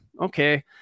Okay